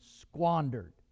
squandered